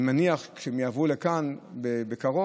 אני מניח שכשהם יעברו לכאן בקרוב,